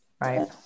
Right